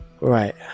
Right